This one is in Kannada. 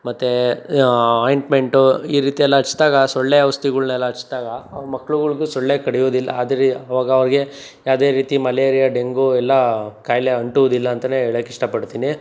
ಮತ್ತು ಆಯಿಂಟ್ಮೆಂಟು ಈ ರೀತಿಯೆಲ್ಲ ಹಚ್ದಾಗ ಸೊಳ್ಳೆ ಔಷಧಿಗಳ್ನೆಲ್ಲ ಹಚ್ದಾಗ ಆ ಮಕ್ಳುಗಳ್ಗು ಸೊಳ್ಳೆ ಕಡಿಯೋದಿಲ್ಲ ಆದರೆ ಅವಗಾವಾಗ ಯಾವುದೇ ರೀತಿ ಮಲೇರಿಯಾ ಡೆಂಗೂ ಅವೆಲ್ಲ ಖಾಯ್ಲೆ ಅಂಟುವುದಿಲ್ಲ ಅಂತ ಹೇಳಕ್ ಇಷ್ಟಪಡ್ತೀನಿ